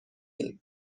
ایم